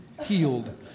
Healed